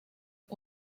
sus